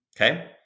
Okay